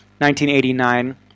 1989